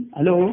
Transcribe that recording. Hello